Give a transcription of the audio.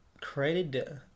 created